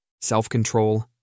self-control